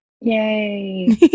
Yay